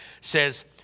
says